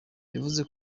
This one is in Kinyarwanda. yavuze